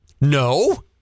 No